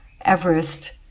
Everest